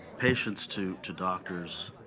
patients to to doctors,